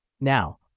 Now